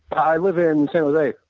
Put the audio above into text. i live in san jose.